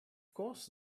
course